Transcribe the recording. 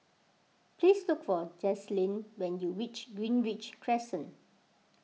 please look for Jaylyn when you reach Greenridge Crescent